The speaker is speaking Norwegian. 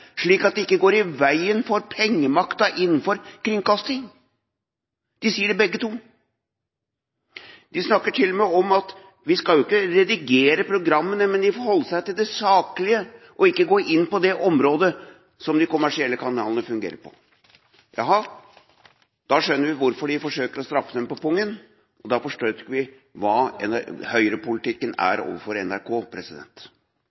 slik at de ikke går i veien for pengemakta innenfor kringkasting! Begge sier det. De snakker til og med om at vi ikke skal redigere programmene, men at NRK må holde seg til det saklige og ikke gå inn på de områdene hvor de kommersielle kanalene fungerer. Jaha! Da skjønner vi hvorfor de forsøker å straffe NRK på pungen, og da forstår vi hva høyrepolitikk er